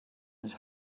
his